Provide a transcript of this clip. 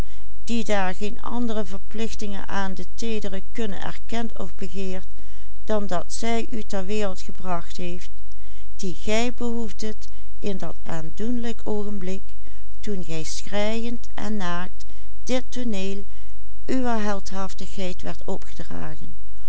dat zij u ter wereld gebracht heeft die gij behoefdet in dat aandoenlijk oogenblik toen gij schreiend en naakt dit tooneel uwer heldhaftigheid werdt opgedragen